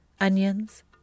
onions